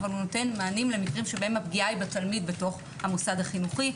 אבל הוא נותן מענים למקרים שבהם הפגיעה היא בתלמיד בתוך המוסד החינוכי.